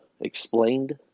explained